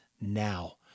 now